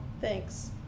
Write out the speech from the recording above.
thanks